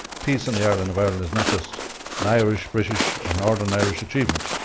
peace in the island of ireland is not just an irish british or northern irish achievement,